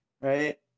Right